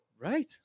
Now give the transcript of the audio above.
right